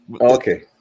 Okay